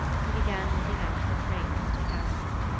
he began looking out the trains to paris.